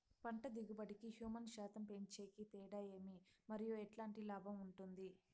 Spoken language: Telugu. పంట దిగుబడి కి, హ్యూమస్ శాతం పెంచేకి తేడా ఏమి? మరియు ఎట్లాంటి లాభం ఉంటుంది?